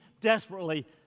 desperately